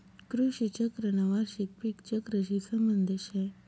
कृषी चक्रना वार्षिक पिक चक्रशी संबंध शे